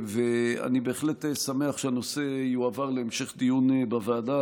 אני בהחלט שמח שהנושא יועבר להמשך דיון בוועדה,